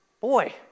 boy